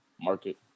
market